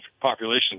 population